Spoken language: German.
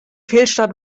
fehlstart